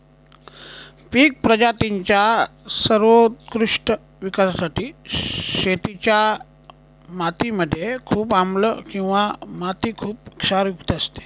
पिक प्रजातींच्या सर्वोत्कृष्ट विकासासाठी शेतीच्या माती मध्ये खूप आम्लं किंवा माती खुप क्षारयुक्त असते